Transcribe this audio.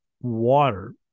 water